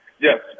yes